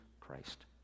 Christ